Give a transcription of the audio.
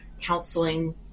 counseling